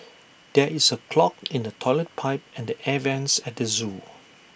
there is A clog in the Toilet Pipe and the air Vents at the Zoo